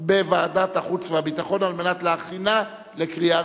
בוועדת החוץ והביטחון נתקבלה.